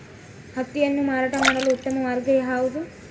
ಹತ್ತಿಯನ್ನು ಮಾರಾಟ ಮಾಡಲು ಉತ್ತಮ ಮಾರ್ಗ ಯಾವುದು?